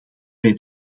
bij